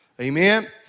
Amen